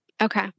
okay